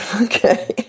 Okay